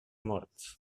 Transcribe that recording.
morts